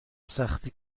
سختی